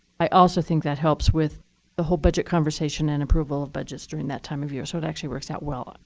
i also think that helps with the whole budget conversation and approval of budgets during that time of year. so it actually works out well, ah